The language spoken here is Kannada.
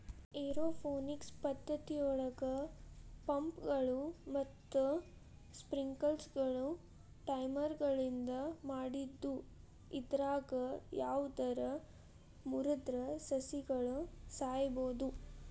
ಏರೋಪೋನಿಕ್ಸ್ ಪದ್ದತಿಯೊಳಗ ಪಂಪ್ಗಳು ಮತ್ತ ಸ್ಪ್ರಿಂಕ್ಲರ್ಗಳು ಟೈಮರ್ಗಳಿಂದ ಮಾಡಿದ್ದು ಇದ್ರಾಗ ಯಾವದರ ಮುರದ್ರ ಸಸಿಗಳು ಸಾಯಬೋದು